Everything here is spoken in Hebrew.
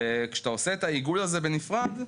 כשעושים את העיגול הזה בנפרד,